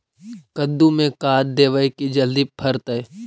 कददु मे का देबै की जल्दी फरतै?